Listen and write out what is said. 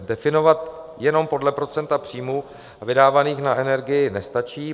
Definovat jenom podle procenta příjmů vydávaných na energii nestačí.